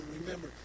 remember